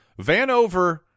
Vanover